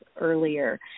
earlier